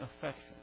affection